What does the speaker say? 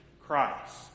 Christ